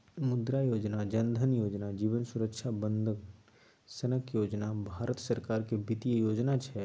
मुद्रा योजना, जन धन योजना, जीबन सुरक्षा बंदन सनक योजना भारत सरकारक बित्तीय योजना छै